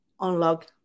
unlock